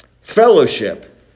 Fellowship